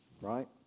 right